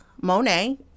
Monet